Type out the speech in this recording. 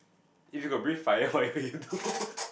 if you could breathe fire what you do